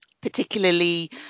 particularly